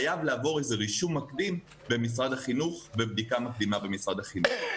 חייב לעבור איזה רישום מקדים במשרד החינוך ובדיקה מקדימה במשרד החינוך.